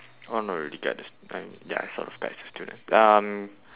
oh not really guide the st~ I ya it sort of guides the students um